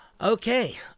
Okay